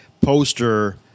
poster